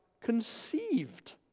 conceived